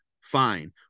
fine